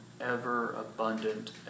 ever-abundant